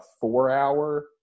four-hour